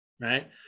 right